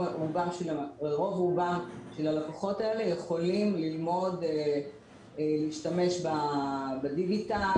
רובם של הלקוחות האלה יכולים ללמוד להשתמש בדיגיטל,